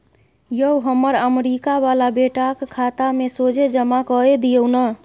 यौ हमर अमरीका बला बेटाक खाता मे सोझे जमा कए दियौ न